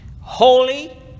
holy